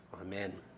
Amen